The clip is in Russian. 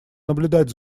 наблюдать